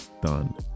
done